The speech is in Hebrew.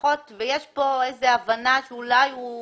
ויש כאן איזו הבנה שאולי הוא